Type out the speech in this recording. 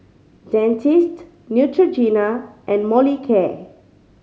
Dentiste Neutrogena and Molicare